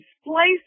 splice